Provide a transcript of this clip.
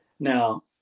Now